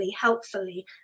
helpfully